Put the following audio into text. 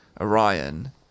Orion